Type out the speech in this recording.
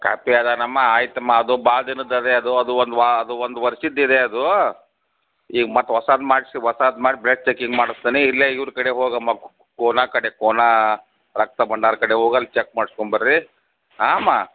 copy ಅದಾನಮ್ಮ ಆಯಿತಮ್ಮ ಅದು ಭಾಳ ದಿನದ್ದು ಇದೆ ಅದು ಅದು ಒಂದು ವಾ ಅದು ಒಂದು ವರ್ಷದ್ದು ಇದೆ ಅದು ಈಗ ಮತ್ತೆ ಹೊಸದು ಮಾಡಿಸಿ ಹೊಸದು ಮಾಡಿ ಬ್ಲೆಡ್ ಚೆಕಿಂಗ್ ಮಾಡ್ಸ್ತೇನೆ ಇಲ್ಲೇ ಇವ್ರ ಕಡೆ ಹೋಗಮ್ಮ ಕೋಣ ಕಡೆ ಕೋಣ ರಕ್ತ ಬಂಡಾರ ಕಡೆ ಹೋಗಿ ಅಲ್ಲಿ ಚೆಕ್ ಮಾಡ್ಸ್ಕೊಂಡು ಬರ್ರಿ ಹಾಂ ಅಮ್ಮ